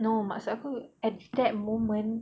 no maksud aku at that moment